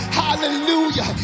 hallelujah